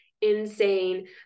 insane